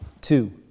two